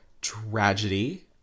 tragedy